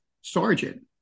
sergeant